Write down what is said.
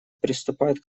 приступает